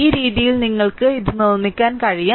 ഈ രീതിയിൽ നിങ്ങൾക്ക് ഇത് നിർമ്മിക്കാൻ കഴിയും